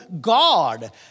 God